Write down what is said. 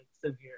severe